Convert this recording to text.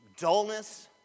dullness